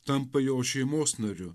tampa jo šeimos nariu